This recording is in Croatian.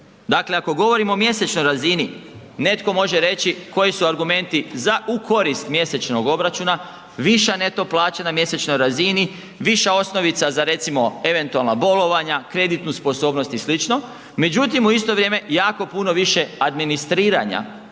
dakle ako govorimo o mjesečnoj razini, netko može reći koji su argumenti za u korist mjesečnog obračuna, viša neto plaća na mjesečnoj razini, viša osnovica za recimo eventualna bolovanja, kreditnu sposobnost i sl., međutim u isto vrijeme jako puno više administriranja